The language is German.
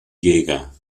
jäger